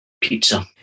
pizza